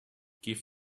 give